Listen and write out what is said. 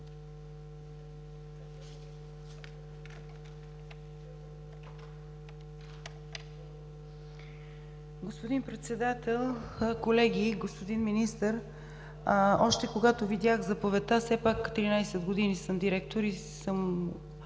Господин Председател, колеги! Господин Министър, още когато видях заповедта – все пак 13 години съм директор и съм